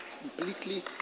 Completely